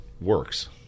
works